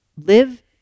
live